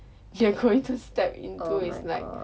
they are going to step into is like